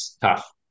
tough